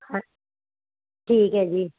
ਹਾਂਜੀ ਠੀਕ ਹੈ ਜੀ